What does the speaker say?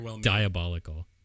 diabolical